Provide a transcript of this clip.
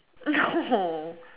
no